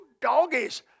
doggies